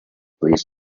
please